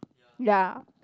ya